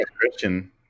Christian